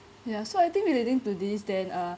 ya so I think relating to these then uh